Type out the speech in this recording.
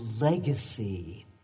legacy